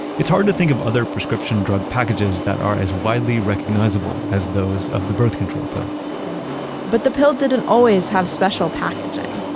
it's hard to think of other prescription drug packages that are as widely recognizable as those of the birth control pill but the pill didn't always have special packaging.